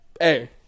Hey